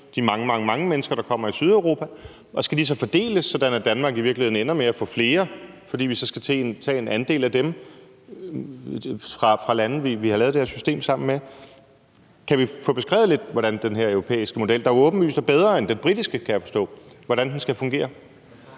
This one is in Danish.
de mange, mange andre mennesker, der kommer til Sydeuropa, og skal de så fordeles, sådan at Danmark i virkeligheden ender med at få flere, fordi vi så skal tage en andel af dem fra de lande, vi har lavet det her system sammen med? Kan vi få beskrevet lidt nærmere, hvordan den her europæiske model, der, som jeg kan forstå det, åbenlyst er bedre end den britiske, skal fungere?